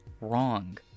wrong